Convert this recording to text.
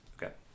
Okay